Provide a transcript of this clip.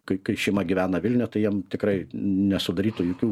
kai kai šeima gyvena vilniuje tai jiem tikrai nesudarytų jokių